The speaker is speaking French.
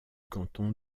canton